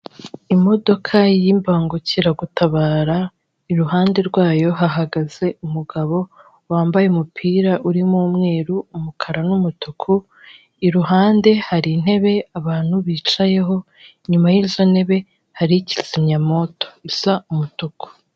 Imodoka y'imbangukiragutabara iruhande rwayo hahagaze umugabo wambaye umupira urimo umweru, umukara n'umutuku. Iruhande hari intebe abantu bicayeho, inyuma y'izo ntebe hari kizimyamoto isa umutuku.